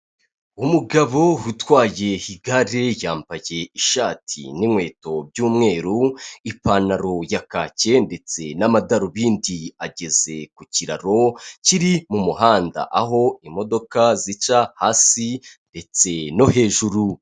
Umugabo utwaye igare yambaye ishati n'inkweto by’umweru, ipantaro ya kaki ndetse n'amadarubindi, ageze ku kiraro kiri mu muhanda, aho imodoka zica hasi ndetse no hejuru.